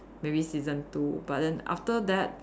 maybe season two but then after that